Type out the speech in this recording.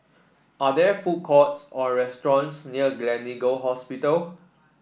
are there food courts or restaurants near Gleneagle Hospital